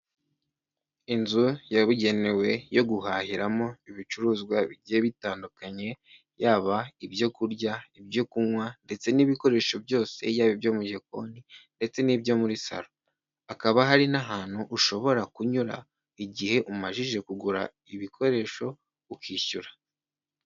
Inzu yabugenewe yo guhahiramo ibicuruzwa bigiye bitandukanye yaba ibyo kurya, ibyo kunywa ndetse n'ibikoresho byose yaba ibyo mu gikoni ndetse n'ibyo muri salo, hakaba hari n'ahantu ushobora kunyura igihe umajije kugura ibikoresho ukishyura.